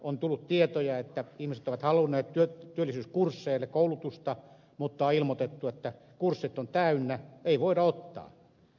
on tullut tietoja että ihmiset ovat halunneet työllisyyskursseille koulutusta mutta on ilmoitettu että kurssit ovat täynnä ei voida ottaa